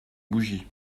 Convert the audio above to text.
bougie